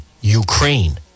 Ukraine